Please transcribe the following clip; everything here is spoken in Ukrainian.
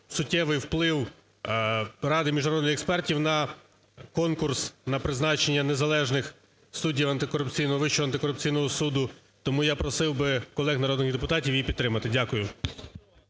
суттєвий вплив Ради міжнародних експертів на конкурс на призначення незалежних суддів Вищого антикорупційного суду. Тому я просив би, колег народних депутатів, її підтримати. Дякую.